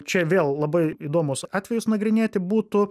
čia vėl labai įdomūs atvejus nagrinėti būtų